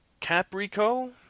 Caprico